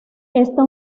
esta